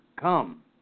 come